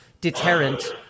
deterrent